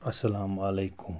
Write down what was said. اَلسَلامُ علیکُم